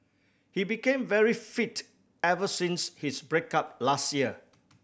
he became very fit ever since his break up last year